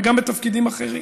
גם בתפקידים אחרים,